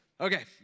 Okay